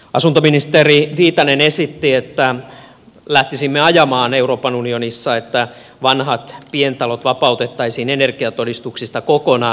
asuntoministeri viitanen esitti että lähtisimme ajamaan euroopan unionissa että vanhat pientalot vapautettaisiin energiatodistuksista kokonaan